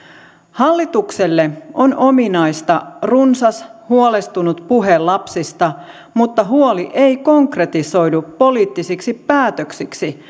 hallitukselle on ominaista runsas huolestunut puhe lapsista mutta huoli ei konkretisoidu poliittisiksi päätöksiksi